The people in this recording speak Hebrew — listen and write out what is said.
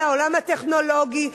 לעולם הטכנולוגי,